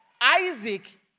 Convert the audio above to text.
Isaac